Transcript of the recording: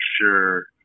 sure